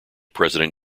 president